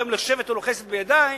אתם לשבט או לחסד בידי,